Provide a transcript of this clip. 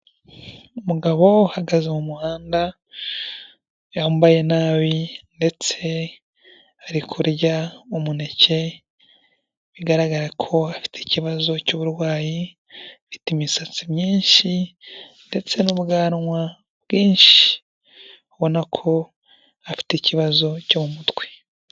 Umugabo uhagaze mu muhanda yambaye nabi ndetse ari kurya umuneke, bigaragara ko afite ikibazo cy'uburwayi, afite imisatsi myinshi ndetse n'ubwanwa bwinshi ubona ko afite ikibazo cyo mu mutwe.